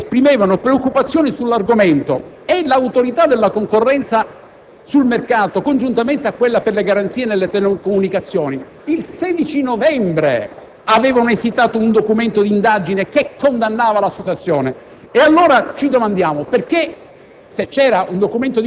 nella quale si esprimevano preoccupazioni sull'argomento. L'Autorità garante della concorrenza e del mercato, congiuntamente a quella per le garanzie nelle telecomunicazioni, il 16 novembre aveva esitato un documento d'indagine che condannava la situazione. Ci domandiamo: perché,